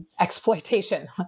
exploitation